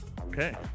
Okay